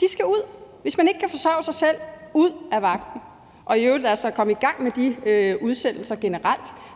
De skal ud. Hvis man ikke kan forsørge sig selv: Ud af vagten! Lad os da i øvrigt komme i gang med de udsendelser generelt.